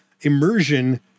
immersion